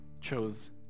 chose